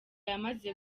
yamaze